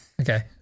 Okay